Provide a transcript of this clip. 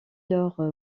lors